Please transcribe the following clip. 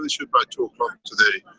finish it by two o'clock today.